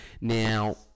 Now